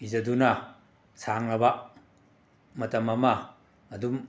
ꯏꯖꯗꯨꯅ ꯁꯥꯡꯉꯕ ꯃꯇꯝ ꯑꯃ ꯑꯗꯨꯝ